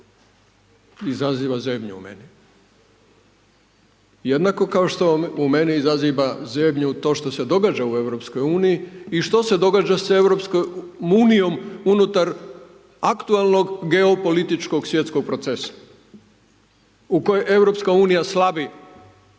izaziva zebnju u meni jednako kao što u meni izaziva zebnju to što se događa u Europskoj uniji i što se događa s Europskom unijom unutar aktualnog geopolitičkog svjetskog procesa u kojoj Europska